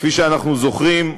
כפי שאנחנו זוכרים,